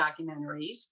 documentaries